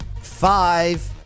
five